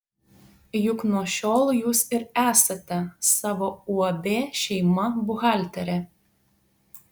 juk nuo šiol jūs ir esate savo uab šeima buhalterė